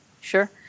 sure